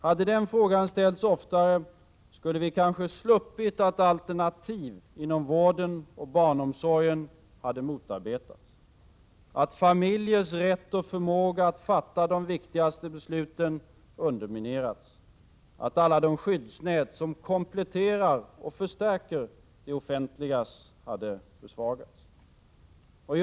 Hade den frågan ställts oftare skulle vi kanske ha sluppit att alternativ inom vården och barnomsorgen hade motarbetats, att familjers rätt och förmåga att fatta de viktigaste besluten underminerats, att alla de skyddsnät som kompletterar och förstärker det offentligas hade försvagats.